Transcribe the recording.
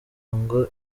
ngo